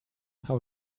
how